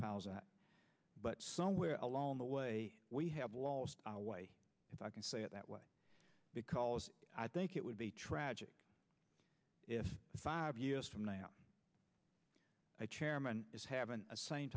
thousand but somewhere along the way we have lost our way if i can say it that way because i think it would be tragic if five years from now a chairman is having a same